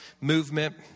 movement